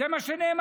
זה מה שנאמר.